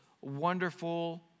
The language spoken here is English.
wonderful